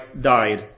died